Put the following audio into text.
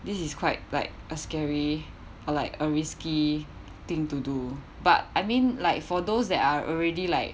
this is quite like a scary or like a risky thing to do but I mean like for those that are already like